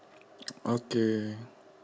okay